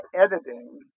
editing